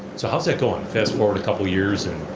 so how's that going? fast forward a couple years and